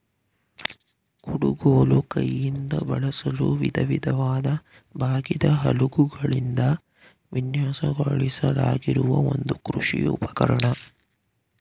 ಕುಡುಗೋಲು ಕೈಯಿಂದ ಬಳಸಲು ವಿಧವಿಧವಾದ ಬಾಗಿದ ಅಲಗುಗಳೊಂದಿಗೆ ವಿನ್ಯಾಸಗೊಳಿಸಲಾಗಿರುವ ಒಂದು ಕೃಷಿ ಉಪಕರಣ